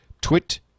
twit